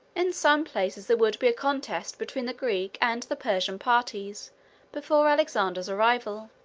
in some places there would be a contest between the greek and the persian parties before alexander's arrival.